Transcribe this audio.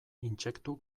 intsektu